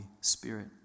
Spirit